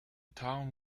town